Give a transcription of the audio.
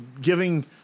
giving